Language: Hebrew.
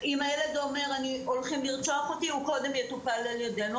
אם הילד אומר "הולכים לרצוח אותי" הוא קודם יטופל על-ידינו.